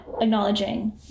acknowledging